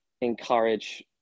encourage